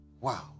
Wow